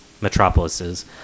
metropolises